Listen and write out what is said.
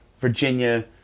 Virginia